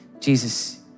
Jesus